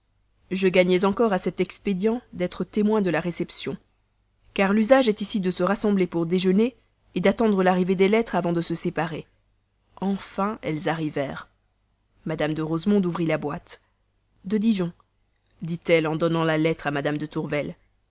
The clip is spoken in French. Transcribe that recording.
je gagnais encore à cet expédient d'être témoin de la réception car l'usage est ici de se rassembler pour déjeuner d'attendre l'arrivée des lettres avant de se séparer enfin elles arrivèrent mme de rosemonde ouvrit la boîte de dijon dit-elle en donnant la lettre à mme tourvel ce